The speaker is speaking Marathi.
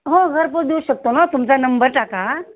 हो घरपोच देऊ शकतो ना तुमचा नंबर टाका